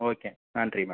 okay நன்றி madam